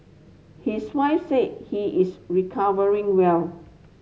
his wife said he is recovering well